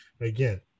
Again